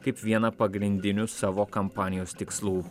kaip vieną pagrindinių savo kampanijos tikslų